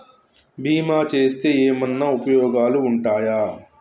బీమా చేస్తే ఏమన్నా ఉపయోగాలు ఉంటయా?